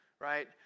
right